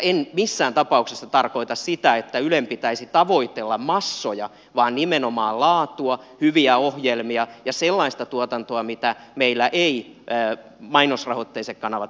en missään tapauksessa tarkoita sitä että ylen pitäisi tavoitella massoja vaan nimenomaan laatua hyviä ohjelmia ja sellaista tuotantoa mitä meillä eivät mainosrahoitteiset kanavat esimerkiksi tarjoa